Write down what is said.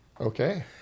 Okay